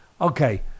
Okay